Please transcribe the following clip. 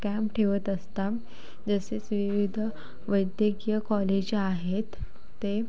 camp ठेवत असतात जसे की विविध वैद्यकीय कॉलेज आहेत ते